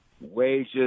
wages